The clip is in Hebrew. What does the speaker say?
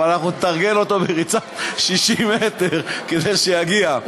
אבל אנחנו נתרגל אותו בריצת 60 מטר כדי שיגיע.